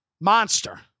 monster